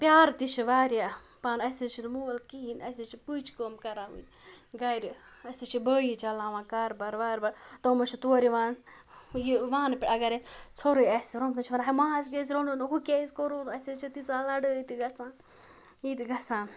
پیار تہِ چھِ واریاہ پان اَسہِ حظ چھِنہٕ مول کِہیٖنۍ اَسہِ حظ چھِ پٔچ کٲم کَران وٕنۍ گَرِ اَسہِ حظ چھِ بٲیی چَلاوان کارٕبار وارٕ بار تِم حظ چھِ تور یِوان یہِ وانہٕ پٮ۪ٹھ اَگر اَسہِ ژھوٚرٕے آسہِ روٚنمُت تِم چھِ وَنان ہَےماز گیٛازِ روٚن نہٕ نہٕ ہُہ کیٛاز کوٚر رُ نہٕ اَسہِ حظ چھِ تیٖژاہ لَڑٲے تہِ گَژھان یہِ تہِ گژھان